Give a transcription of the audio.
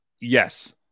Yes